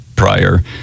prior